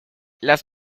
las